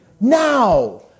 Now